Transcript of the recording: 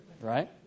right